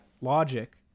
logic